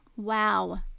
wow